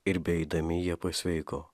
ir beeidami jie pasveiko